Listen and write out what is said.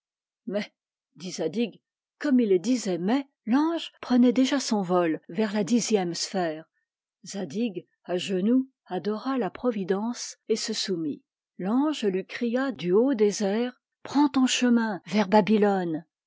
dit zadig comme il disait mais l'ange prenait déjà son vol vers la dixième sphère zadig à genoux adora la providence et se soumit l'ange lui cria du haut des airs prends ton chemin vers babylone